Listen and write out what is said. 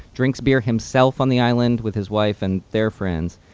drinks beer himself on the island with his wife and their friends,